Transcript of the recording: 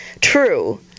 true